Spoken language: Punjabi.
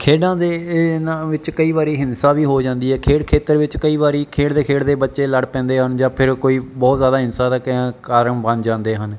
ਖੇਡਾਂ ਦੇ ਨਾ ਵਿੱਚ ਕਈ ਵਾਰੀ ਹਿੰਸਾ ਵੀ ਹੋ ਜਾਂਦੀ ਹੈ ਖੇਡ ਖੇਤਰ ਵਿੱਚ ਕਈ ਵਾਰੀ ਖੇਡਦੇ ਖੇਡਦੇ ਬੱਚੇ ਲੜ ਪੈਂਦੇ ਹਨ ਜਾਂ ਫਿਰ ਕੋਈ ਬਹੁਤ ਜ਼ਿਆਦਾ ਹਿੰਸਾ ਦਾ ਕ ਕਾਰਨ ਬਣ ਜਾਂਦੇ ਹਨ